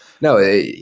No